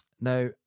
Now